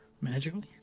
Magically